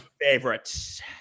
favorites